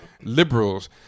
liberals